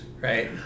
right